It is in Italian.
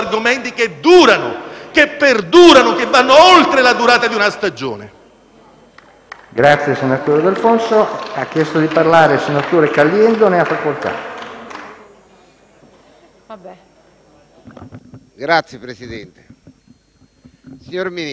che perdurano, che vanno oltre la durata di una stagione.